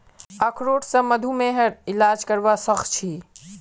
अखरोट स मधुमेहर इलाज करवा सख छी